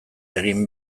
egin